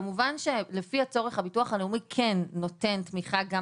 כמובן שהביטוח הלאומי כן נותן תמיכה לפי הצורך,